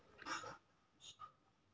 किस फसल में सबसे जादा मुनाफा होता है?